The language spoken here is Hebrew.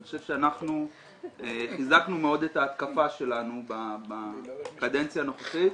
אני חושב שאנחנו חיזקנו מאוד את ההתקפה שלנו בקדנציה הנוכחית,